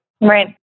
Right